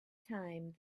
time